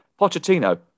Pochettino